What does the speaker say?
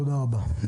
תודה רבה.